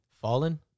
Fallen